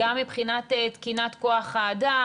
גם מבחינת תקינת כוח האדם,